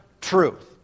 truth